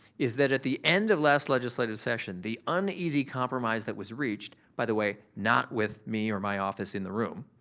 is that at the end of last legislative session, the uneasy compromise that was reached, by the way not with me or my office in the room,